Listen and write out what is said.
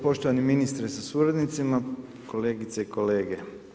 Poštovani ministre sa suradnicima, kolegice i kolege.